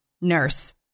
nurse